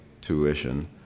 tuition